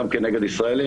גם כנגד הישראלים.